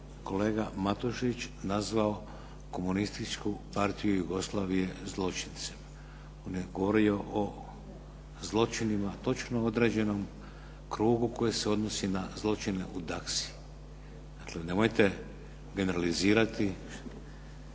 kolega Matušić nazvao Komunističku partiju Jugoslavije zločincem. On je govorio o zločinima točno određenom krugu koji se odnosi na zločine u Daksi. Dakle, nemojte generalizirati,